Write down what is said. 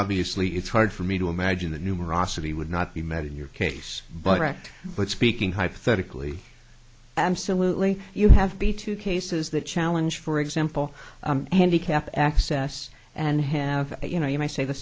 obviously it's hard for me to imagine the numerosity would not be met in your case but act but speaking hypothetically absolutely you have b two cases that challenge for example handicap access and have you know you might say the